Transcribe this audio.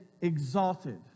exalted